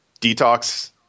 detox